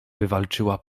wywalczyła